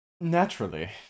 naturally